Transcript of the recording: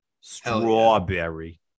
Strawberry